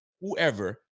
whoever